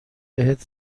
بهت